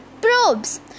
probes